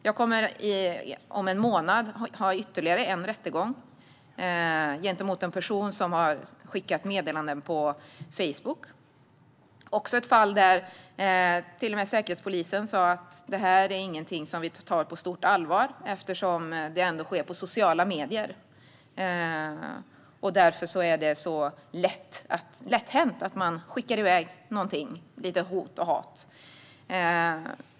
Jag kommer om en månad att delta i ytterligare en rättegång mot en person som skickat meddelanden på Facebook - ett fall där till och med Säkerhetspolisen sa att detta inte var något de tog på stort allvar eftersom det skedde på sociala medier. Där är det så lätt hänt att man skickar iväg lite hot och hat.